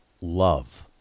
love